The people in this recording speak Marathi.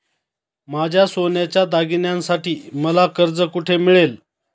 माझ्या सोन्याच्या दागिन्यांसाठी मला कर्ज कुठे मिळेल?